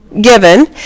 Given